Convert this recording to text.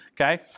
okay